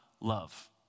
love